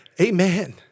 Amen